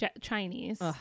chinese